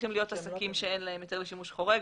צריכים להיות עסקים שאין להם היתר לשימוש חורג,